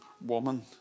woman